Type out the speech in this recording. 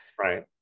Right